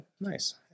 Nice